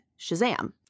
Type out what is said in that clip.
Shazam